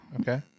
okay